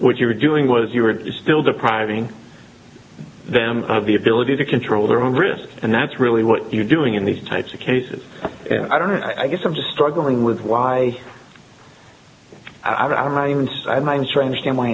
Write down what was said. what you were doing was you were still depriving them of the ability to control their own risk and that's really what you're doing in these types of cases and i don't know i guess i'm just struggling with why i don't mind and i'm sure i understand why